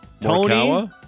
Tony